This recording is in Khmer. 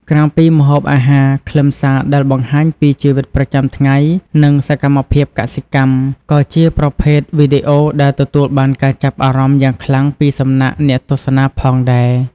ក្រៅពីម្ហូបអាហារ ខ្លឹមសារដែលបង្ហាញពី ជីវិតប្រចាំថ្ងៃ និងសកម្មភាពកសិកម្ម ក៏ជាប្រភេទវីដេអូដែលទទួលបានការចាប់អារម្មណ៍យ៉ាងខ្លាំងពីសំណាក់អ្នកទស្សនាផងដែរ។